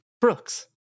Brooks